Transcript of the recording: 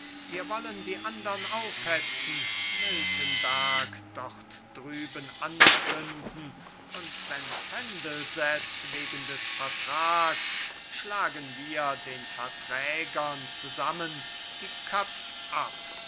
wir wollen die andern aufhetzen miltenberg dort drüben anzünden und wenn's händel setzt wegen des vertrags schlagen wir den verträgern zusammen die köpf ab